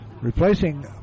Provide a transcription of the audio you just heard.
replacing